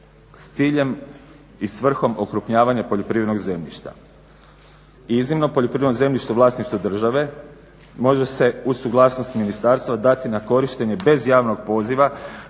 s ciljem i svrhom okrupnjavanja poljoprivrednog zemljišta. I iznimno poljoprivredno zemljište u vlasništvu države može se uz suglasnost ministarstva dati na korištenje bez javnog poziva